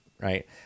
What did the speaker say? Right